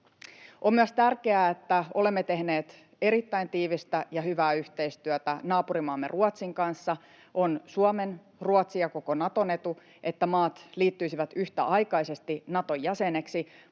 On myös tärkeää, että olemme tehneet erittäin tiivistä ja hyvää yhteistyötä naapurimaamme Ruotsin kanssa. On Suomen, Ruotsin ja koko Naton etu, että maat liittyisivät yhtäaikaisesti Naton jäseniksi.